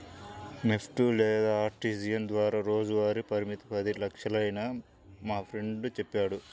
NEFT లేదా RTGS ద్వారా రోజువారీ పరిమితి పది లక్షలేనని మా ఫ్రెండు చెప్పాడు